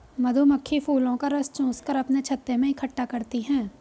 मधुमक्खी फूलों का रस चूस कर अपने छत्ते में इकट्ठा करती हैं